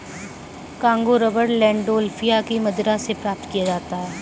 Congo rubber Landolphia की मदिरा से प्राप्त किया जाता है